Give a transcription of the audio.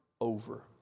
over